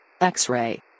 X-ray